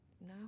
no